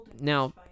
now